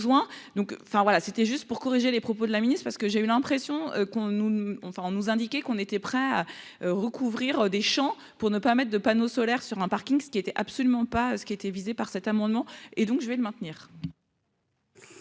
enfin voilà, c'était juste pour corriger les propos de la Ministre parce que j'ai eu l'impression qu'on nous on va, on nous indiquait qu'on était prêt à recouvrir des champs pour ne permettent de panneaux solaires sur un Parking, ce qui était absolument pas ce qui a été visé par cet amendement et donc je vais le maintenir.